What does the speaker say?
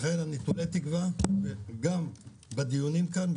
לכן אני תולה תקווה בדיונים כאן,